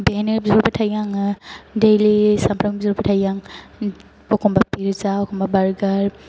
बेवहायनो बिहरबाय थायो आङो दैलि सानफ्रोमबो बिहरबाय थायो आं एखनबा पिज्जा एखनबा बार्गार